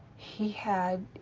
he had,